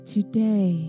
Today